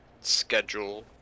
schedule